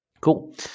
Cool